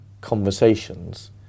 conversations